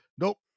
nope